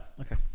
Okay